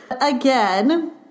Again